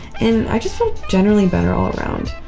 and i just felt generally better all around.